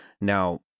Now